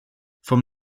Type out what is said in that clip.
vom